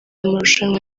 amarushanwa